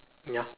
ya